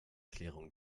klärung